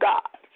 God